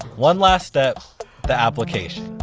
one last step the application.